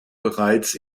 bereits